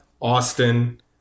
Austin